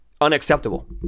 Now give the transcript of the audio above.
unacceptable